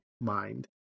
mind